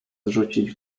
zrzucić